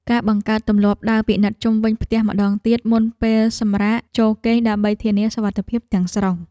ការបង្កើតទម្លាប់ដើរពិនិត្យជុំវិញផ្ទះម្តងទៀតមុនពេលសម្រាកចូលគេងដើម្បីធានាសុវត្ថិភាពទាំងស្រុង។